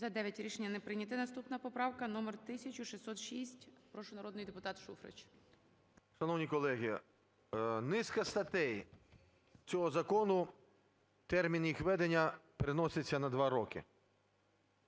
За-9 Рішення не прийняте. Наступна поправка - номер 1606. Прошу, народний депутат Шуфрич. 12:56:48 ШУФРИЧ Н.І. Шановні колеги, низка статей цього закону, термін їх введення переноситься на два роки.